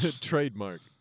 Trademark